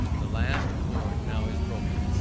the last cord now is broken,